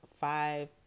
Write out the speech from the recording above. five